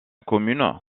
commune